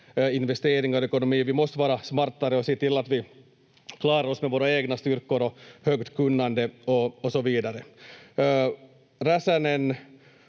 investeringar och ekonomi. Vi måste vara smartare och se till att vi klarar oss med våra egna styrkor och högt kunnande och så vidare. Räsänen